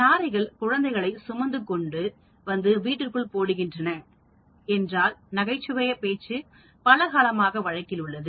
நாரைகள் குழந்தைகளை சுமந்து கொண்டு வந்து வீட்டிற்குள் போடுகின்றன என்றான் நகைச்சுவையான பேச்சு பலகாலமாக வழக்கிலுள்ளது